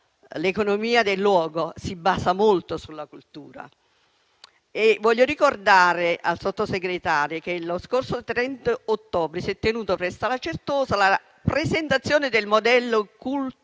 l'economia del luogo si basa molto sulla cultura. Voglio ricordare al Sottosegretario che lo scorso 30 ottobre si è tenuto, presso la Certosa, la presentazione del modello Culturitalia,